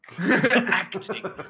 Acting